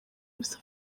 ubusa